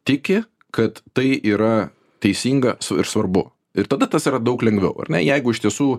tiki kad tai yra teisinga ir svarbu ir tada tas yra daug lengviau ar ne jeigu iš tiesų